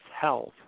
health